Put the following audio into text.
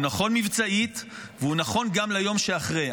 נכון מבצעית והוא נכון גם ליום שאחרי.